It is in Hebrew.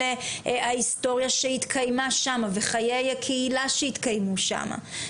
ההיסטוריה שהתקיימה שמה וחיי הקהילה שהתקיימו שמה,